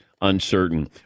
uncertain